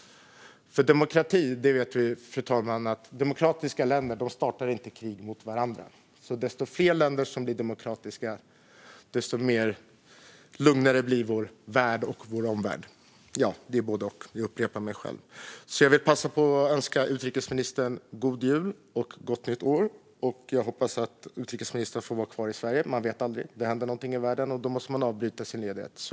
Vi vet, fru talman, att demokratiska länder inte startar krig mot varandra. Ju fler länder som blir demokratiska, desto lugnare blir vår värld och vår omvärld. Men jag upprepar mig. Jag vill passa på att önska utrikesministern god jul och gott nytt år. Jag hoppas att utrikesministern får vara kvar i Sverige. Man vet aldrig. Det kan hända någonting i världen, och då måste man avbryta sin ledighet.